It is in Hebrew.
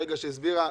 ברגע שהיא הסבירה,